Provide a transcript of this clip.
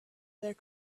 that